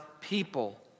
people